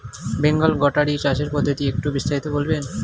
Bengal goatery চাষের পদ্ধতি একটু বিস্তারিত বলবেন?